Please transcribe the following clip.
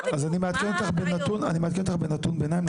מה --- אז אני מעדכן אותך בנתון בינתיים,